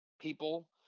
people